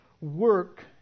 work